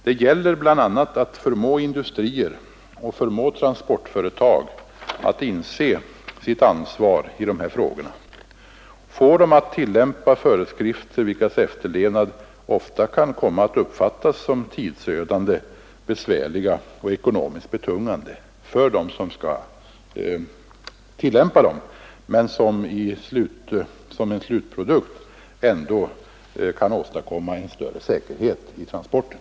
Det gäller bl.a. att förmå industrier och transportföretag att inse sitt ansvar och få dem att följa föreskrifter, vilkas efterlevnad ofta kan uppfattas som tidsödande, besvärlig och ekonomiskt betungande för dem som skall tillämpa bestämmelserna men vilkas slutresultat ändå kan vara större säkerhet vid transporterna.